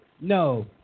No